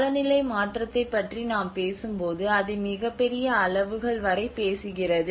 காலநிலை மாற்றத்தைப் பற்றி நாம் பேசும்போது அது மிகப் பெரிய அளவுகள் வரை பேசுகிறது